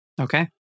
Okay